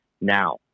now